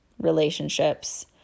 relationships